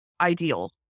ideal